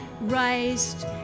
raised